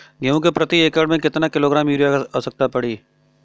गेहूँ के प्रति एक एकड़ में कितना किलोग्राम युरिया क आवश्यकता पड़ी?